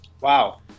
Wow